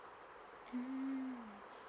mm